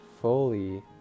fully